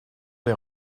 les